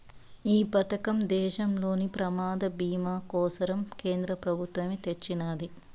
ఈ పదకం దేశంలోని ప్రమాద బీమా కోసరం కేంద్ర పెబుత్వమ్ తెచ్చిన్నాది